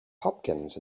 hopkins